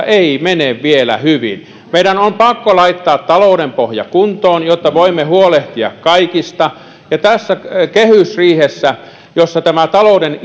ei mene vielä hyvin meidän on pakko laittaa talouden pohja kuntoon jotta voimme huolehtia kaikista ja tässä kehysriihessä tämä talouden